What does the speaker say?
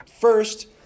First